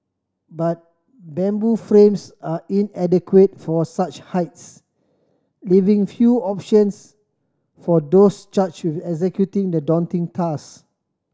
but bamboo frames are inadequate for such heights leaving few options for those charged with executing the daunting task